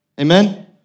Amen